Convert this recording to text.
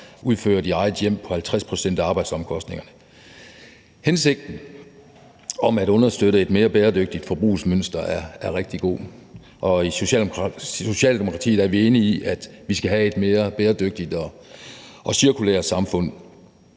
udført i eget hjem på 50 pct. af arbejdsomkostningerne. Hensigten om at understøtte et mere bæredygtigt forbrugsmønster er rigtig god, og i Socialdemokratiet er vi enige i, at vi skal have et mere bæredygtigt og cirkulært samfund.